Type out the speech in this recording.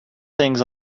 things